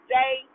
day